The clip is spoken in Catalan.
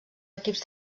equips